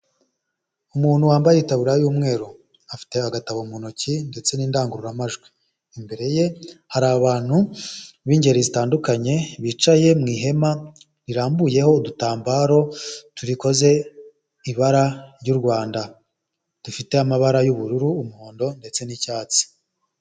Umuntu wambaye itaburiya y'umweru afite agatabo mu ntoki ndetse n'indangururamajwi, imbere ye hari abantu b'ingeri zitandukanye bicaye mu ihema rirambuyeho udutambaro turikoze ibara ry'u Rwanda dufite amabara y'ubururu, umuhondo ndetse n'icyatsi.